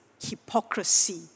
hypocrisy